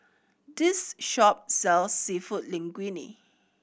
this shop sells Seafood Linguine